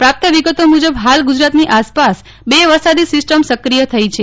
પ્રાપ્ત વિગતો મુજબ ફાલ ગુજરાતની આસપાસ બે વરસાદી સીસ્ટમ સક્રિય થઇ છે